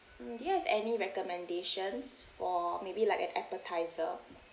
mm do you have any recommendations for maybe like an appetiser